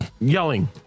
yelling